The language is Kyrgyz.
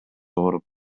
ооруп